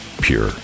pure